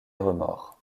remords